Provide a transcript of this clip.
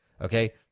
okay